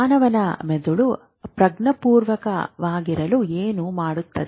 ಮಾನವನ ಮೆದುಳು ಪ್ರಜ್ಞಾಪೂರ್ವಕವಾಗಿರಲು ಏನು ಮಾಡುತ್ತದೆ